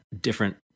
different